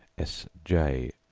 s j,